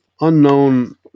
unknown